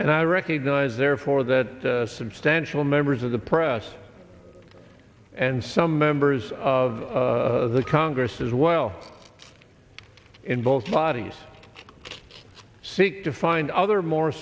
and i recognize therefore that substantial members of the press and some members of the congress as well in both bodies seek to find other more